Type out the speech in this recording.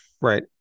right